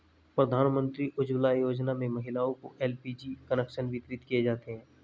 प्रधानमंत्री उज्ज्वला योजना में महिलाओं को एल.पी.जी कनेक्शन वितरित किये जाते है